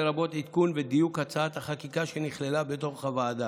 לרבות עדכון ודיוק של הצעת החקיקה שנכללה בדוח הוועדה,